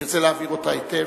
אני רוצה להעביר אותה היטב,